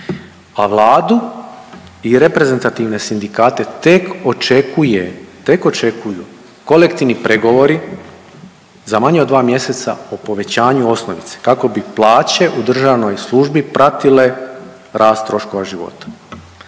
a Vladu i reprezentativne sindikate tek očekuje, tek očekuju kolektivni pregovori za manje od dva mjeseca o povećanju osnovice kako bi plaće u državnoj službi pratile rast troškova života.